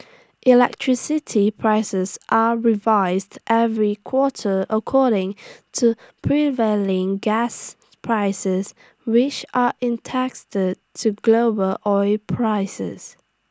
electricity prices are revised every quarter according to prevailing gas prices which are in taxed to global oil prices